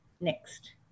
Next